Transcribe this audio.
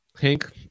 Hank